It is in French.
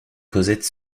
cosette